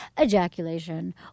ejaculation